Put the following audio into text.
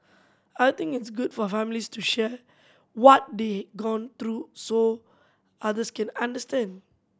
I think it's good for families to share what they gone through so others can understand